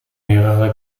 mehrere